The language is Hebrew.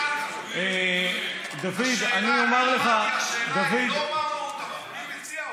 השאלה היא לא מה המהות של החוק אלא מי מציע אותו.